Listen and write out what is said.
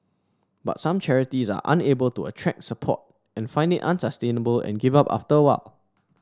but some charities are unable to attract support and find it unsustainable and give up after a while